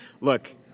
Look